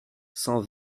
cent